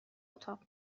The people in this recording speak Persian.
اتاق